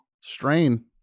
strain